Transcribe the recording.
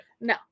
No